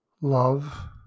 Love